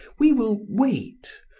we will wait,